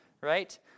Right